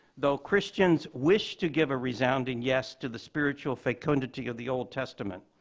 though christians wish to give a resounding yes to the spiritual fecundity of the old testament,